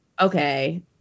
Okay